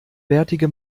bärtige